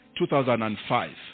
2005